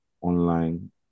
online